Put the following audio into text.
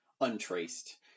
untraced